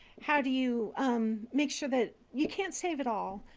how do you make sure that you can't save it all.